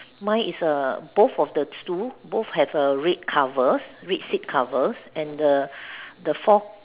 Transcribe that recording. mine is err both of the stool both have a red cover red flip cover and the the forth